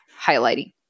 highlighting